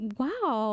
wow